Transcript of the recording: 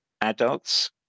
adults